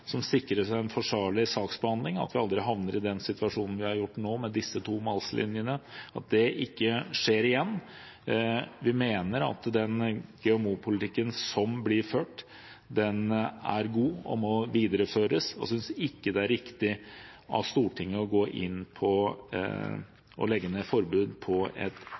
vi aldri havner i den situasjonen vi er i nå, med disse to maislinjene – at det ikke skjer igjen. Vi mener at den GMO-politikken som blir ført, er god og må videreføres. Vi synes ikke det er riktig av Stortinget å